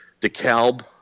DeKalb